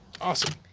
awesome